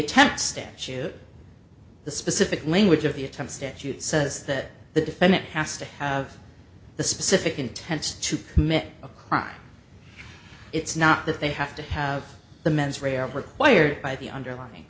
attempt statute the specific language of the attempt statute says that the defendant has to have the specific intent to commit a crime it's not that they have to have the mens rea are required by the underlying